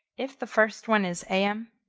if the first one is am,